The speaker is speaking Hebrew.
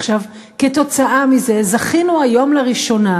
עכשיו, כתוצאה מזה זכינו היום, לראשונה,